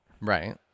Right